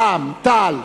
רע"ם-תע"ל,